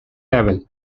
level